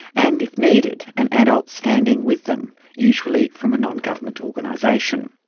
and if needed an adult standing with them, usually from a non-government organisation.